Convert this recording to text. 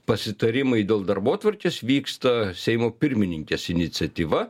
pasitarimai dėl darbotvarkės vyksta seimo pirmininkės iniciatyva